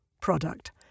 product